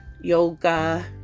yoga